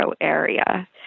area